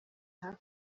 hafi